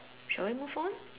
shall we move on